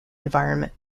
environment